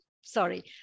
sorry